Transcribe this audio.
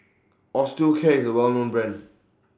Osteocare IS A Well known Brand